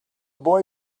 boy